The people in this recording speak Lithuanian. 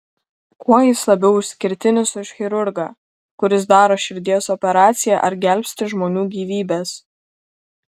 kuo jis labiau išskirtinis už chirurgą kuris daro širdies operaciją ar gelbsti žmonių gyvybes